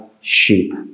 sheep